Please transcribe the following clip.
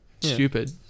stupid